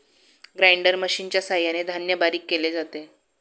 grinder मशिनच्या सहाय्याने धान्य बारीक केले जाते